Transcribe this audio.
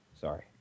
Sorry